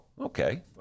okay